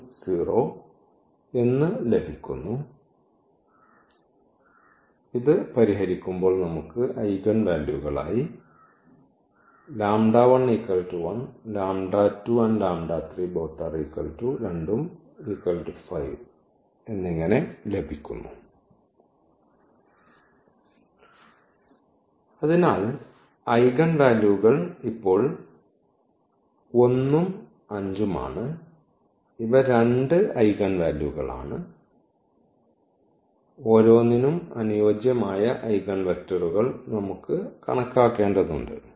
eigen വാല്യൂകൾ അതിനാൽ eigen വാല്യൂകൾ ഇപ്പോൾ 1 ഉം 5 ഉം ആണ് ഇവ രണ്ട് ഐഗൻ വാല്യൂകളാണ് ഓരോന്നിനും അനുയോജ്യമായ ഐഗൺവെക്റ്ററുകൾ നമുക്ക് കണക്കാക്കേണ്ടതുണ്ട്